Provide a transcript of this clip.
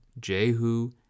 Jehu